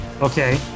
okay